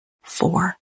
Four